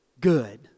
good